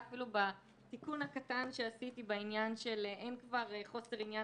אפילו בתיקון הקטן שעשיתי בעניין של אין כבר חוסר עניין